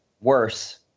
worse